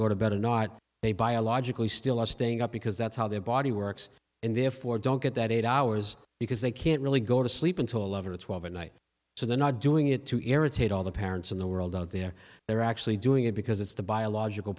go to bed or not they biologically still are staying up because that's how their body works and therefore don't get that eight hours because they can't really go to sleep until eleven twelve at night so they're not doing it to irritate all the parents in the world out there they're actually doing it because it's the biological